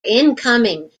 incoming